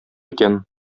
икән